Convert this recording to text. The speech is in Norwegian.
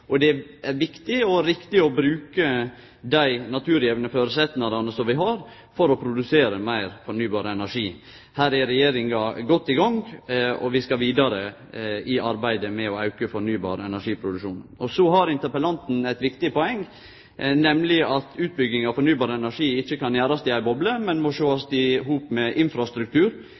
og det er viktig og riktig å bruke dei naturgjevne føresetnadene som vi har for å produsere meir fornybar energi. Her er Regjeringa godt i gang, og vi skal vidare i arbeidet med å auke fornybar energiproduksjon. Og så har interpellanten eit viktig poeng, nemleg at utbygginga av fornybar energi ikkje kan gjerast i ei boble, men må sjåast i hop med infrastruktur,